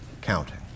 counting